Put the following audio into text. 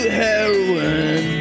heroin